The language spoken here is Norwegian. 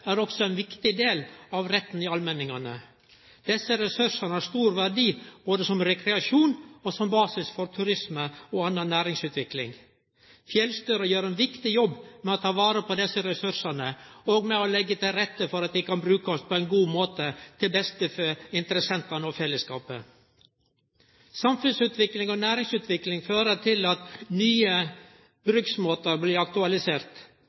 er også ein viktig del av retten i allmenningane. Desse ressursane har stor verdi både som rekreasjon og som basis for turisme og anna næringsutvikling. Fjellstyra gjer ein viktig jobb med å ta vare på desse ressursane og ved å leggje til rette for at dei kan brukast på ein god måte til beste for interessentane og fellesskapet. Samfunnsutvikling og næringsutvikling fører til at nye bruksmåtar blir